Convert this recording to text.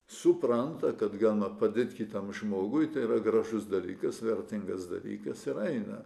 supranta kad galima padėti kitam žmogui tai yra gražus dalykas vertingas dalykas ir eina